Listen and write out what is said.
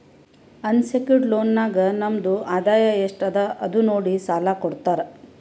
unsecured loan ನಾಗ್ ನಮ್ದು ಆದಾಯ ಎಸ್ಟ್ ಅದ ಅದು ನೋಡಿ ಸಾಲಾ ಕೊಡ್ತಾರ್